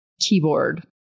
keyboard